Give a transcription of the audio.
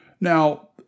Now